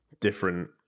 different